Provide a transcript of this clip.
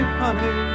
honey